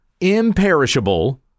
imperishable